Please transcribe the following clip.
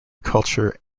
culture